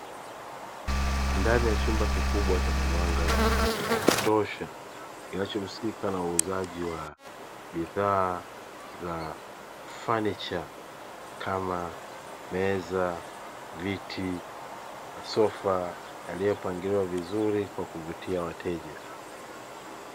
Ndani ya chumba kikubwa chenye mwanga wa kutosha kinachohusika na uuzaji wa bidhaa za fanicha kama: meza, viti, masofa; yaliyopangiliwa vizuri kwa kuvutia wateja